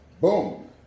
boom